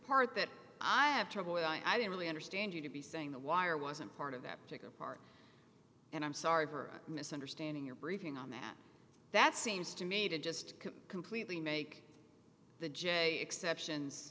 part that i have trouble with i don't really understand you to be saying the wire wasn't part of that particular part and i'm sorry for misunderstanding your briefing on that that seems to me to just completely make the j exceptions